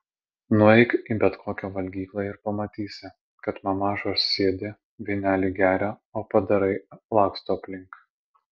nueik į bet kokią valgyklą ir pamatysi kad mamašos sėdi vynelį geria o padarai laksto aplink